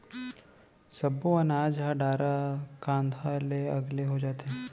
सब्बो अनाज ह डारा खांधा ले अलगे हो जाथे